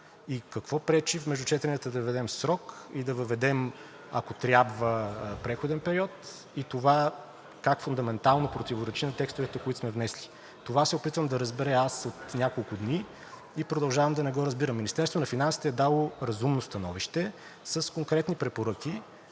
Какво пречи между четенията да въведем срок и да въведем, ако трябва, преходен период и това как фундаментално противоречи на тестовете, които сме внесли? Това се опитвам да разбера от няколко дни и продължавам да не го разбирам. Министерството на финансите е дало разумно становище с конкретни препоръки,